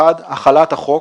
החלת החוק